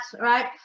Right